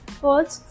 first